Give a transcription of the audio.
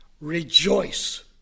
rejoice